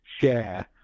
share